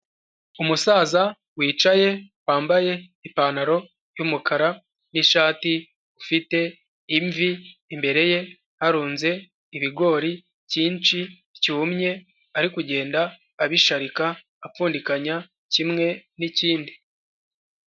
Umusaza wicaye wambaye ipantaro y'umukara n'ishati ufite imvi imbere ye harunze ibigori cyinshi cyumye ari kugenda abisharika apfundikanya kimwe n'ikindi.